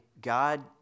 God